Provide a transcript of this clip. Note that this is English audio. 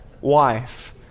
wife